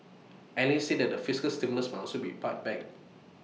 analysts say the fiscal stimulus might also be pared back